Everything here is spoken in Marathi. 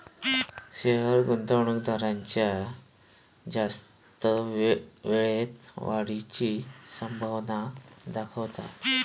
शेयर गुंतवणूकदारांका जास्त वेळेत वाढीची संभावना दाखवता